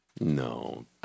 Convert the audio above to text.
No